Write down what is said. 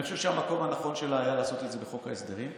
אני חושב שהמקום הנכון שלה היה לעשות את זה בחוק ההסדרים,